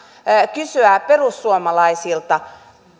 kysyä perussuomalaisilta